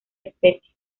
especie